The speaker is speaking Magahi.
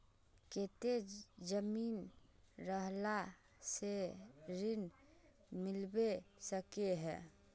केते जमीन रहला से ऋण मिलबे सके है?